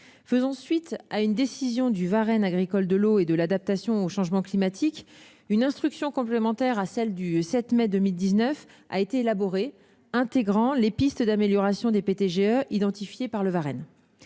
Faisant suite à une décision du Varenne agricole de l'eau et de l'adaptation au changement climatique a été élaborée une instruction complémentaire à celle du 7 mai 2019, qui intègre les pistes d'amélioration des PTGE identifiées par le Varenne.